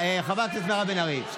חברת הכנסת מירב בן ארי,